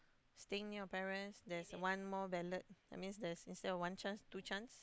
staying near your parents there is one more ballot that means there's instead of one chance two chance